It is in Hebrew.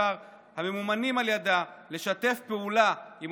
מחקר הממומנות על ידה ולשתף פעולה עם